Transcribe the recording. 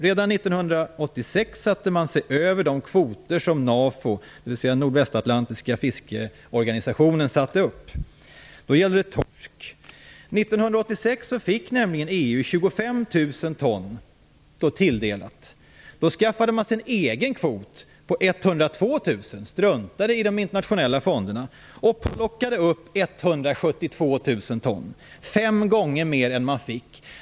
Redan 1986 satte man sig över de kvoter som NAFO, dvs. den nordvästatlantiska fiskeorganisationen, satte upp. Då gällde det torsk. 1986 tilldelades nämligen EU 25 000 ton. Då skaffade man sig en egen kvot på 102 000. Man struntade i de internationella fonderna och plockade upp 172 000 ton - fem gånger mer än man fick.